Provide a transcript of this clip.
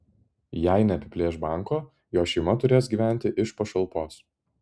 jei neapiplėš banko jo šeima turės gyventi iš pašalpos